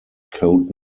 code